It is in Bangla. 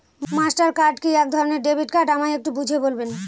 মাস্টার কার্ড কি একধরণের ডেবিট কার্ড আমায় একটু বুঝিয়ে বলবেন?